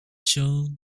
shown